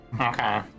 Okay